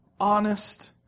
honest